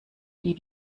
die